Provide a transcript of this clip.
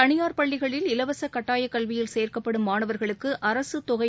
தனியார் பள்ளிகளில் இலவச கட்டாயக்கல்வியில் சேர்க்கப்படும் மாணவர்களுக்கு அரசுத்தொகை